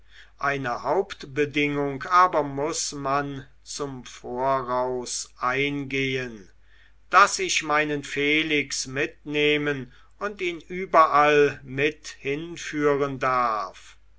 eine hauptbedingung aber muß man zum voraus eingehen daß ich meinen felix mitnehmen und ihn überall mit hinführen darf